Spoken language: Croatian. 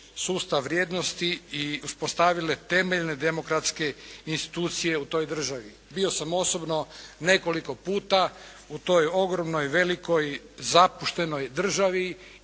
sustav vrijednosti i uspostavile temeljne demokratske institucije u toj državi. Bio sam osobno nekoliko puta u toj ogromnoj, velikoj zapuštenoj državi